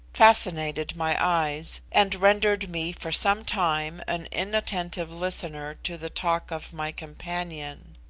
fascinated my eyes, and rendered me for some time an inattentive listener to the talk of my companion.